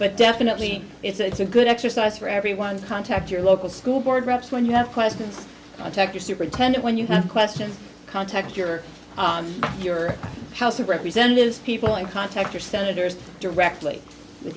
but definitely it's a good exercise for everyone to contact your local school board reps when you have questions check your superintendent when you have questions context your your house of representatives people in context or senators directly with